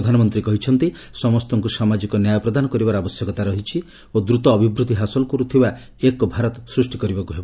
ପ୍ରଧାନମନ୍ତ୍ରୀ କହିଛନ୍ତି ସମସ୍ତଙ୍କୁ ସାମାଜିକ ନ୍ୟାୟ ପ୍ରଦାନ କରିବାର ଆବଶ୍ୟକତା ରହିଛି ଓ ଦ୍ରତ ଅଭିବୃଦ୍ଧି ହାସଲ କର୍ଥିବା ଏକ ଭାରତ ସୃଷ୍ଟି କରିବାକୁ ହେବ